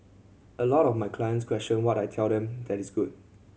a lot of my clients question what I tell them that is good